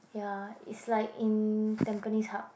ya it's like in Tampines Hub